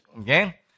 Okay